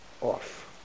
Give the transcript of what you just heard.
off